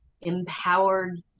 empowered